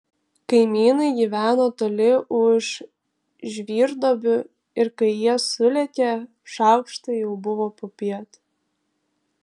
kaimynai gyveno toli už žvyrduobių ir kai jie sulėkė šaukštai jau buvo popiet